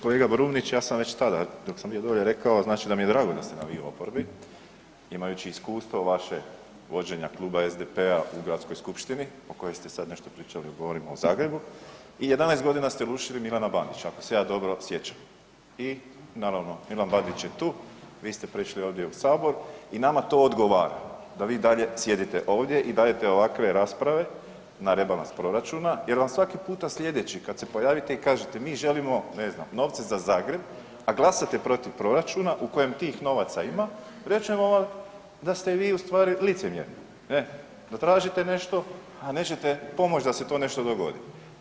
Kolega Brumnić, ja sam već tada dok sam bio dolje rekao, znači da mi je drago da ste nam vi u oporbi imajući iskustvo vaše vođenja Kluba SDP-a u gradskoj skupštini o kojoj ste sad nešto pričali, govorim o Zagrebu i 11.g. ste rušili Milana Bandića ako se ja dobro sjećam i naravno Milan Bandić je tu, vi ste prešli ovdje u sabor i nama to odgovara da vi i dalje sjedite ovdje i dajete ovakve rasprave na rebalans proračuna jer vam svaki puta slijedeći kad se pojavite i kažete mi želimo, ne znam, novce za Zagreb, a glasate protiv proračuna u kojem tih novaca ima, reći ćemo vam da ste vi u stvari licemjerni, ne, da tražite nešto, a nećete pomoć da se to nešto dogodi.